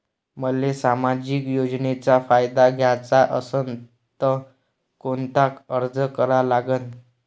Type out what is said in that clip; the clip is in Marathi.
मले सामाजिक योजनेचा फायदा घ्याचा असन त कोनता अर्ज करा लागन?